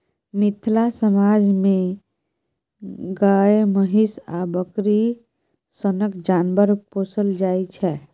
मिथिला समाज मे गाए, महीष आ बकरी सनक जानबर पोसल जाइ छै